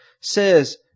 says